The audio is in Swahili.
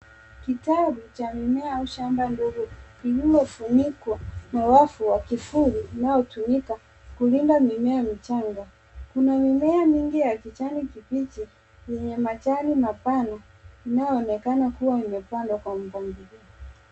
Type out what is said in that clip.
Kitari cha mimea au shamba ndogo iliyofunikwa na wavu wa kivuli unaotumika kulinda mimea michanga. Kuna mimea mingi ya kijani kibichi yenye majani mapana inayoonekana kuwa imepandwa kwa mpangilio.